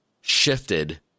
shifted